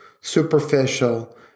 superficial